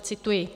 Cituji: